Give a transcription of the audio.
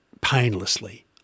painlessly